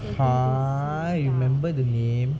!huh! you remember the name